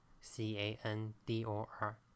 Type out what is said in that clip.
C-A-N-D-O-R